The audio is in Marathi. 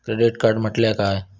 क्रेडिट कार्ड म्हटल्या काय?